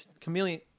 Chameleon